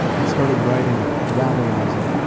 had started writing rabble-rousing,